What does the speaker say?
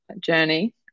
journey